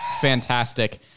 fantastic